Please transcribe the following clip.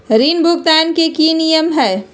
ऋण भुगतान के की की नियम है?